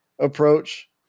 approach